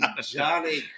Johnny